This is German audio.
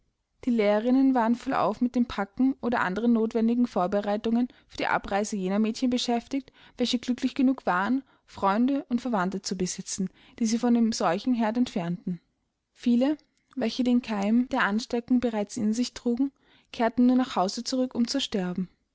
die lehrerinnen waren vollauf mit dem packen oder anderen notwendigen vorbereitungen für die abreise jener mädchen beschäftigt welche glücklich genug waren freunde und verwandte zu besitzen die sie von dem seuchenherd entfernten viele welche den keim der ansteckung bereits in sich trugen kehrten nur nach hause zurück um zu sterben